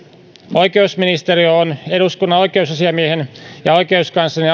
oikeusministeriö on eduskunnan oikeusasiamiehen ja oikeuskanslerin